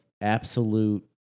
absolute